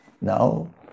now